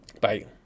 Bye